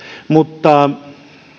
mutta